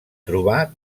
trobar